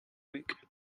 week